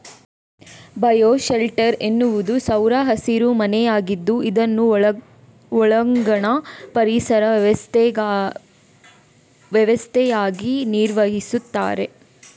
bio shelter ಎನ್ನುವುದು ಸೌರ ಹಸಿರು ಮನೆಯಾಗಿದ್ದು ಇದನ್ನು ಒಳಾಂಗಣ ಪರಿಸರ ವ್ಯವಸ್ಥೆಯಾಗಿ ನಿರ್ವಹಿಸ್ತಾರೆ